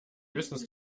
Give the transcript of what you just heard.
höchstens